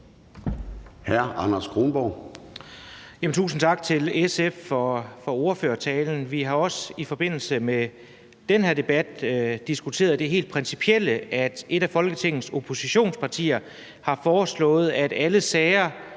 10:40 Anders Kronborg (S): Tusind tak til SF's ordfører for ordførertalen. Vi har også i forbindelse med den her debat diskuteret det helt principielle i, at et af Folketingets oppositionspartier har foreslået, at alle sager